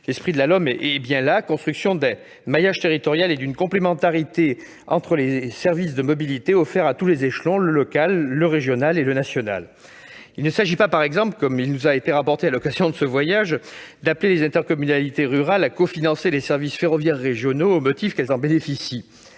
L'esprit de la LOM est bien de construire un maillage territorial et une complémentarité entre les services de mobilité offerts à tous les échelons- local, régional et national. Il ne s'agit pas, par exemple, comme il nous a été rapporté à l'occasion de ce déplacement, d'appeler les intercommunalités rurales à cofinancer les services ferroviaires régionaux au motif qu'elles en bénéficient.